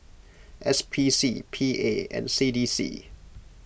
S P C P A and C D C